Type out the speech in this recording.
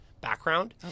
Background